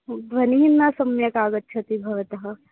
ध्वनिः न सम्यक् आगच्छति भवतः